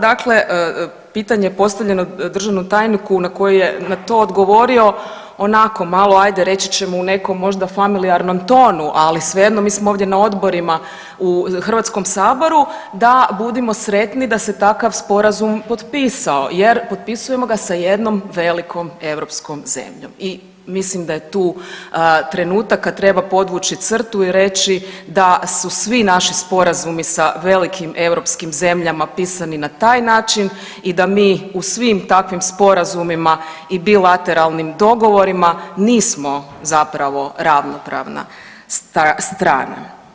Dakle, pitanje postavljeno državnom tajniku na koji je na to odgovorio onako, malo, ajde reći ćemo, u nekom možda familijarnom tonu, ali svejedno, mi smo ovdje na odborima u HS-u, da budemo sretni da se takav Sporazum potpisao jer potpisujemo ga sa jednom velikom europskom zemljom i mislim da je tu trenutak kad treba podvući crtu i reći da su svi naši sporazumi sa velikim europskih zemljama pisani na taj način i da mi u svim takvim sporazumima i bilateralnim dogovorima nismo zapravo ravnopravna strana.